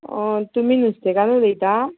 तुमी नुस्तेकार उलयता